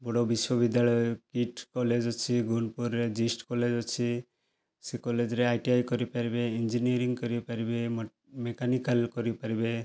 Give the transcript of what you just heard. ବଡ଼ ବିଶ୍ୱବିଦ୍ୟାଳୟ KIIT college ଅଛି ଗୁଣ୍ପୁରରେ ଜିଷ୍ଟ୍ କଲେଜ୍ ଅଛି ସେ କଲେଜ୍ରେ ଆଇ ଟି ଆଇ କରିପାରିବେ ଇଂଜିନିଅରିଙ୍ଗ୍ କରିପାରିବେ ମେକାନିକାଲ୍ କରିପାରିବେ